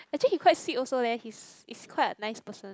actually he quite sweet also leh he's is quite a nice person